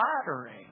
flattering